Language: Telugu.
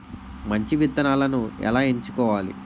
మంచి విత్తనాలను ఎలా ఎంచుకోవాలి?